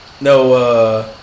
no